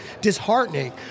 disheartening